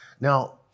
Now